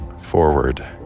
forward